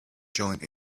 joint